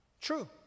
True